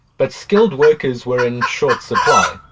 but skilled workers were in short supply.